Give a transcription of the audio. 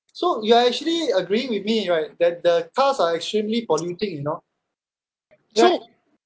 so you are actually agreeing with me right that the cars are extremely polluting you know right